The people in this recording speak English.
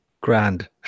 Grand